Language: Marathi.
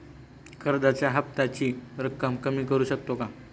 कर्जाच्या हफ्त्याची रक्कम कमी करू शकतो का?